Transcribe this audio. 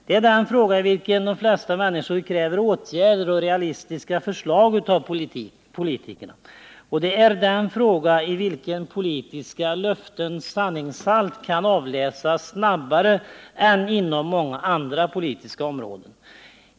Det är den fråga i vilken de flesta människor kräver Nr 171 åtgärder och realistiska förslag av politikerna, och det är den fråga i vilken Torsdagen den politiska löftens sanningshalt kan avläsas snabbare än inom många andra 7 juni 1979 politiska områden.